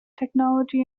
technology